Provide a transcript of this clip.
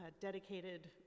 dedicated